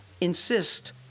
insist